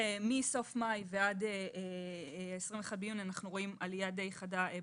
מסוף מאי עד 21 ביוני אנחנו רואים עלייה די חדה במקרים.